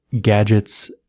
gadgets